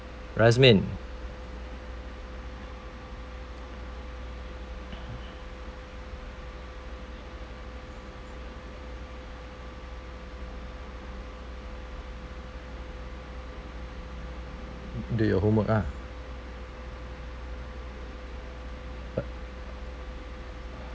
rasmin do your homework ah but